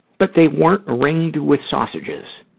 but they weren't ringed with sausages.